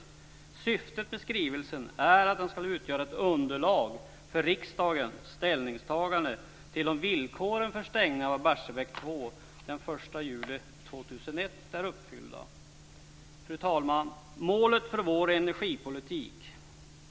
Syftet med skrivelsen är att den ska utgöra underlag för riksdagens ställningstagande till om villkoren för stängning av Barsebäck 2 den 1 juli 2001 är uppfyllda. Fru talman!